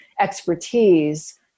expertise